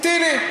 המתיני.